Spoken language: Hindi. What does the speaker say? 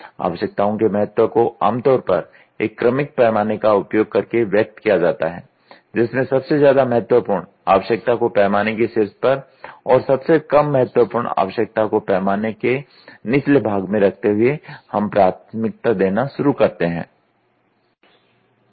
आवश्यकताओं के महत्व को आमतौर पर एक क्रमिक पैमाने का उपयोग करके व्यक्त किया जाता है जिसमें सबसे ज्यादा महत्वपूर्ण आवश्यकता को पैमाने के शीर्ष पर और सबसे कम महत्वपूर्ण आवश्यकता को पैमाने के निचले भाग में रखते हुए हम प्राथमिकता देना शुरू करते हैं